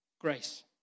Grace